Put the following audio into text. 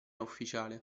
ufficiale